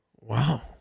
Wow